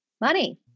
Money